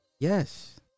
Yes